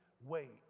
wait